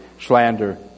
slander